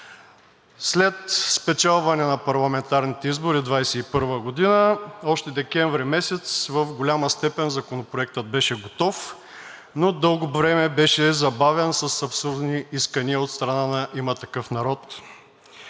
След спечелване на парламентарните избори през 2021 г. още през месец декември в голяма степен Законопроектът беше готов, но дълго време беше забавен с абсурдни искания от страна на „Има такъв народ“,